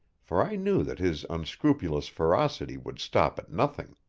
for i knew that his unscrupulous ferocity would stop at nothing.